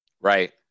Right